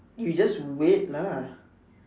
you just wait lah